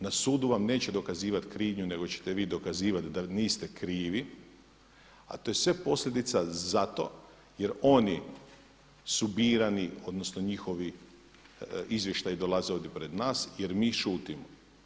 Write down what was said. Na sudu vam neće dokazivati krivnju nego ćete vi dokazivati da niste krivi, a to je sve posljedica zato jer oni su birani, odnosno njihovi izvještaji dolaze ovdje pred nas jer mi šutimo.